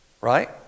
Right